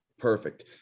perfect